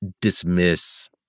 dismiss